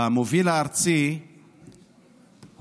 המוביל הארצי הוקם